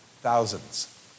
thousands